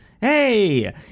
Hey